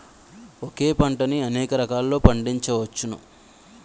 ఒకే పంటని అనేక రకాలలో పండించ్చవచ్చును